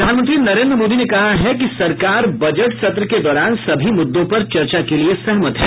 प्रधानमंत्री नरेंद्र मोदी ने कहा है कि सरकार बजट सत्र के दौरान सभी मुद्दों पर चर्चा के लिए सहमत है